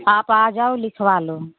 आप आ जाओ लिखवा लो